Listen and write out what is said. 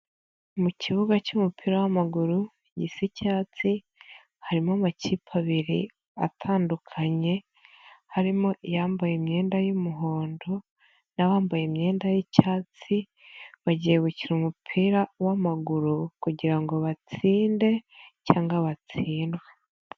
Mu kibuga cy'umupira w'maguru gisa icyatsi harimo amakipe abiri atandukanye harimo iyambaye imyenda y'umuhondo n'abambaye imyenda y'icyatsi bagiye gukina umupira w'amaguru kugira ngo batsinde cyangwa batsindwe.